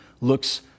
looks